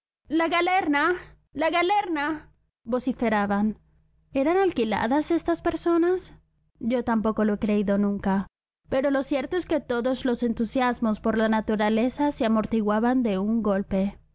la galerna la galerna vociferaban eran alquiladas estas personas yo tampoco lo he creído nunca pero lo cierto es que todos los entusiasmos por la naturaleza se amortiguaban de un golpe